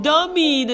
Dummy